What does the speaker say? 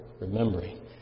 remembering